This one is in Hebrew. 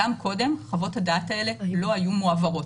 גם קודם חוות הדעת האלה הם לא היו מועברות.